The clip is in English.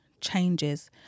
Changes